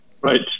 Right